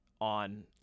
on